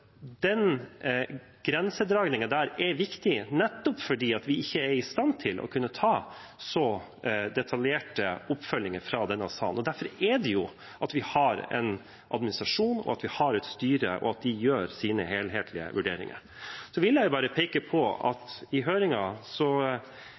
den grensedragningen er viktig nettopp fordi vi ikke er i stand til å kunne ta så detaljerte oppfølginger fra denne salen. Derfor har vi en administrasjon og et styre som gjør sine helhetlige vurderinger. Jeg vil bare peke på at i høringen – til tross for at vi har styrket økonomien til de